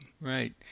Right